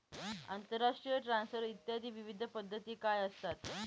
आंतरराष्ट्रीय ट्रान्सफर इत्यादी विविध पद्धती काय असतात?